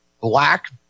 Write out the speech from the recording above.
Black